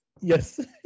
yes